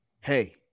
hey